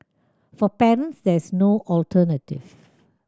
for parents there is no alternative